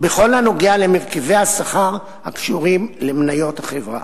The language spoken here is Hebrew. מספר בכל הנוגע למרכיבי השכר הקשורים למניות החברה.